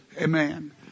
Amen